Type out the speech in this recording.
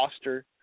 Foster